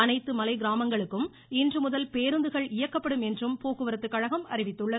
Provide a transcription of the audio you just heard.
அனைத்து மலை கிராமங்களுக்கும் இன்றுமுதல் பேருந்துகள் இயக்கப்படும் என்றும் போக்குவரத்து கழகம் அறிவித்துள்ளது